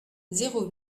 zéro